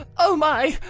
ah oh my!